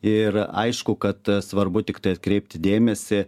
ir aišku kad svarbu tiktai atkreipti dėmesį